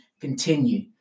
continue